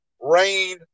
Rain